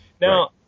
now